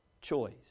choice